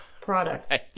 product